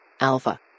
Alpha